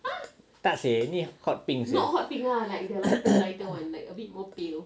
no tak seh ni hot pink sia